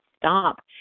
stop